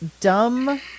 dumb